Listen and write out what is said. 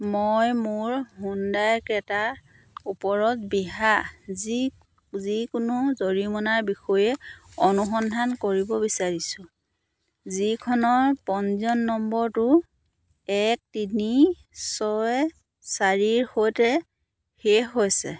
মই মোৰ হুণ্ডাই ক্ৰেটাৰ ওপৰত বিহা যি যিকোনো জৰিমনাৰ বিষয়ে অনুসন্ধান কৰিব বিচাৰিছোঁ যিখনৰ পঞ্জীয়ন নম্বৰটো এক তিনি ছয় চাৰিৰ সৈতে শেষ হৈছে